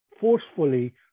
forcefully